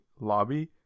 Lobby